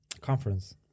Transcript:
conference